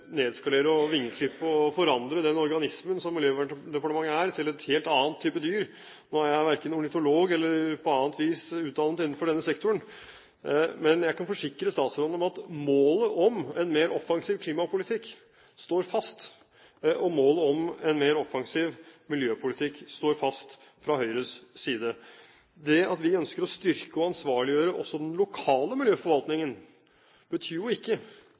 nedskalere, vingeklippe og forandre den organismen som Miljøverndepartementet er, til en helt annen type dyr. Nå er jeg verken ornitolog eller på annet vis utdannet innenfor denne sektoren, men jeg kan forsikre statsråden om at målet om en mer offensiv klimapolitikk står fast, og målet om en mer offensiv miljøpolitikk står fast fra Høyres side. Det at vi ønsker å styrke og ansvarliggjøre også den lokale miljøforvaltningen, betyr jo ikke